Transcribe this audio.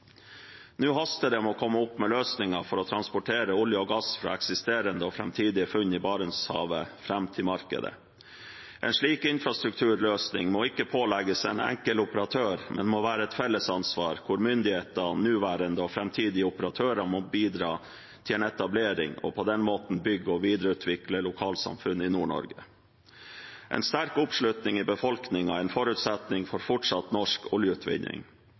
Nå haster det med å komme med løsninger for å transportere olje og gass fra eksisterende og framtidige funn i Barentshavet fram til markedet. En slik infrastrukturløsning må ikke pålegges én enkelt operatør, men må være et felles ansvar der myndigheter, nåværende og framtidige operatører må bidra til en etablering og på den måten bygge og videreutvikle lokalsamfunn i Nord-Norge. En sterk oppslutning i befolkningen er en forutsetning for fortsatt norsk oljeutvinning.